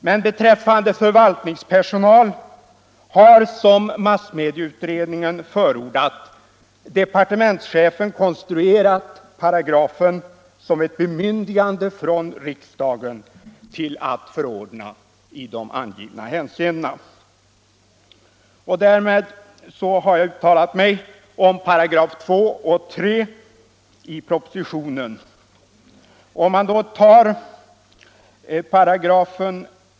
Men beträffande förvaltningspersonal har, som massmedieutredningen förordat, departementschefen konstruerat paragrafen som ett bemyndigande från riksdagen att förordna i de angivna hänseendena. Därmed har jag uttalat mig om 2 och 3 §§ i propositionens första lagförslag.